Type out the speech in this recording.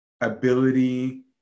ability